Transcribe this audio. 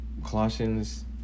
Colossians